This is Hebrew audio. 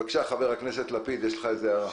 חבר הכנסת לפיד, בבקשה.